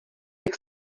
jak